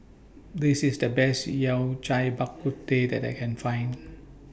This IS The Best Yao Cai Bak Kut Teh that I Can Find